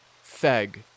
Feg